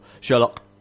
Sherlock